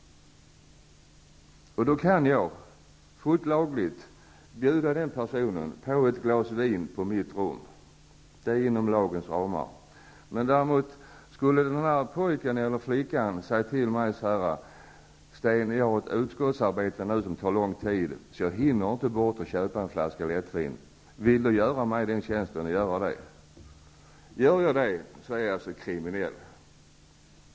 Då kan jag fullt lagligt bjuda den personen på ett glas vin på mitt rum. Det ligger inom lagens ramar. Men antag att den pojken eller flickan skulle säga till mig: Sten, jag har ett utskottsarbete som tar lång tid så jag hinner inte gå bort och köpa en flaska lättvin. Vill du göra mig den tjänsten? Gör jag då det är jag kriminell.